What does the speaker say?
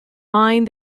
mind